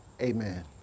Amen